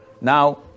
Now